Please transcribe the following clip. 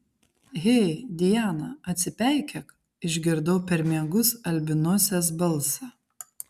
hei diana atsipeikėk išgirdau per miegus albinosės balsą